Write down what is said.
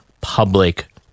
public